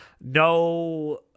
no